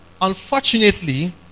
Unfortunately